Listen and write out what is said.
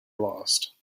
lost